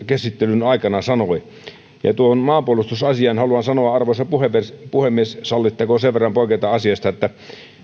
käsittelyn aikana sanoi ja tuohon maanpuolustusasiaan haluan sanoa arvoisa puhemies puhemies sallitteko sen verran poiketa asiasta että